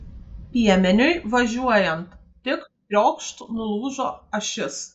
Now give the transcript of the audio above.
piemeniui važiuojant tik triokšt nulūžo ašis